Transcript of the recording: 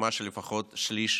בחתימה של לפחות שליש